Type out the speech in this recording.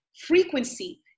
frequency